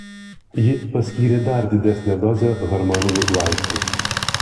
ji paskyrė dar didesnę dozę hormoninių vaistų